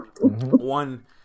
One